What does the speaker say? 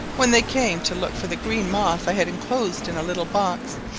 when they came to look for the green moth i had enclosed in a little box,